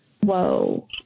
Whoa